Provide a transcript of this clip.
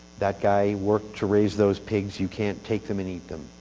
that guy worked to raise those pigs you can't take them, and eat them.